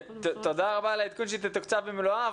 תודה רבה על העדכון שהיא תתוקצב במלואה,